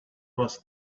was